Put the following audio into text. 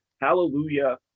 hallelujah